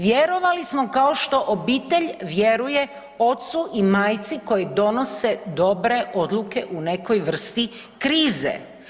Vjerovali smo kao što obitelj vjeruje ocu i majci koji donose dobre odluke u nekoj vrsti krize.